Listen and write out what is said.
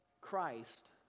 Christ